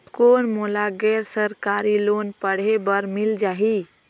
कौन मोला गैर सरकारी लोन पढ़े बर मिल जाहि?